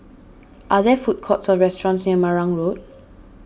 are there food courts or restaurants near Marang Road